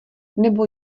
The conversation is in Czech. nebo